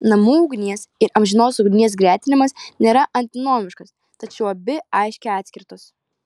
namų ugnies ir amžinos ugnies gretinimas nėra antinomiškas tačiau abi aiškiai atskirtos